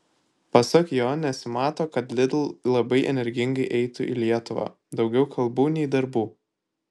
pasak jo nesimato kad lidl labai energingai eitų į lietuvą daugiau kalbų nei darbų